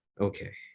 Okay